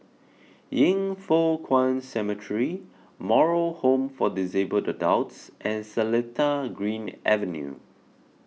Yin Foh Kuan Cemetery Moral Home for Disabled Adults and Seletar Green Avenue